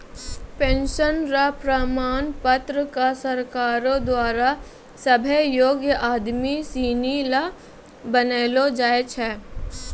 pension र प्रमाण पत्र क सरकारो द्वारा सभ्भे योग्य आदमी सिनी ल बनैलो जाय छै